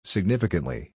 Significantly